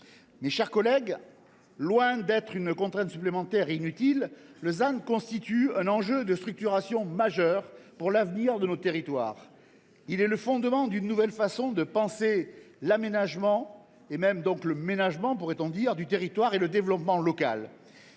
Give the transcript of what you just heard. Mes chers collègues, loin d’être une contrainte supplémentaire et inutile, le ZAN constitue un enjeu de structuration majeure pour l’avenir de nos territoires. Il est le fondement d’une nouvelle façon de penser l’aménagement – et même le « ménagement », pourrait on dire – du territoire, ainsi que le développement local.